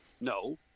No